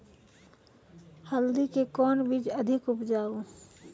हल्दी के कौन बीज अधिक उपजाऊ?